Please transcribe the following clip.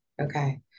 Okay